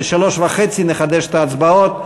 ב-15:30 נחדש את ההצבעות,